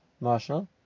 Marshall